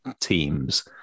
teams